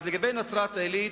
לגבי נצרת-עילית,